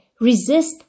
resist